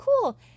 cool